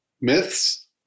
myths